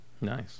Nice